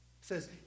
says